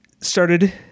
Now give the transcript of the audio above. started